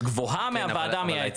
גבוהה מהוועדה המייעצת.